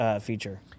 feature